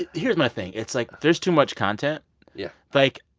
ah here's my thing. it's like there's too much content yeah like,